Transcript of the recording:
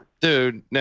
Dude